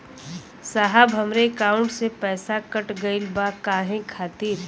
साहब हमरे एकाउंट से पैसाकट गईल बा काहे खातिर?